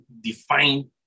define